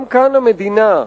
גם כאן, המדינה,